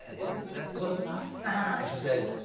is that close enough? ah and she said,